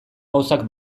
gauzak